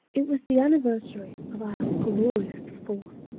it was the anniversary of our glorious fourth.